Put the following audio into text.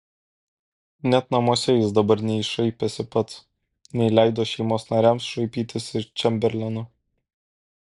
net namuose jis dabar nei šaipėsi pats nei leido šeimos nariams šaipytis iš čemberleno